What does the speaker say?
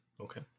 Okay